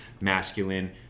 masculine